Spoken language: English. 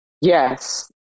Yes